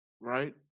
right